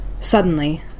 Suddenly